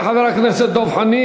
תודה לחבר הכנסת דב חנין.